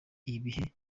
ibihe